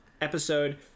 episode